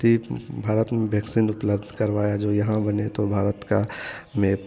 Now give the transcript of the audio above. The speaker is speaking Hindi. मोदी भारत में वैक्सीन उपलब्ध करवाया जो यहाँ बने तो भारत का